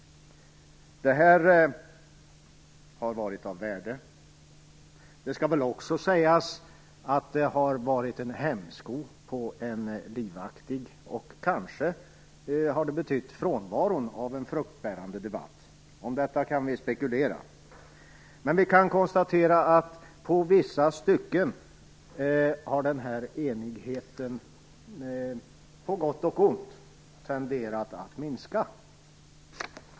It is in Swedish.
Det här har varit av värde. Det skall emellertid sägas att det har varit en hämsko på en livaktig debatt, och kanske har det också betytt frånvaron av en fruktbärande debatt. Om detta kan vi spekulera. Vi kan ändå konstatera att den här enigheten i vissa stycken på gott och ont har tenderat att minska.